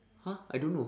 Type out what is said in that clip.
!huh! I don't know